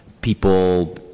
people